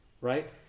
right